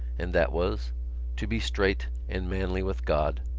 and that was to be straight and manly with god.